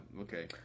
okay